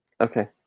Okay